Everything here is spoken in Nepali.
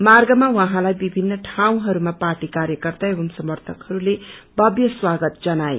मार्गमा उहाँलाई विभिन्न इउँहरूमा पार्टी कार्यकर्ता एवं समर्थकहरूले भव्य स्वागत जनाए